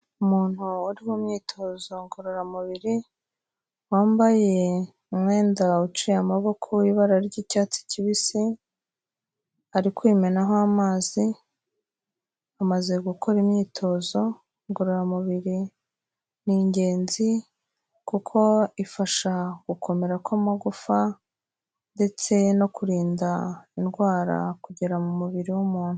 Umuntu uri mu myitozo ngororamubiri, wambaye umwenda uciye amaboko w'ibara ry'icyatsi kibisi, ari kwimenaho amazi, amaze gukora imyitozo ngororamubiri ni ingenzi kuko ifasha gukomera kw'amagufa ndetse no kurinda indwara kugera mu mubiri w'umuntu.